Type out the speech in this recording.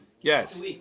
Yes